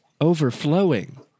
overflowing